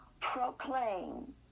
proclaim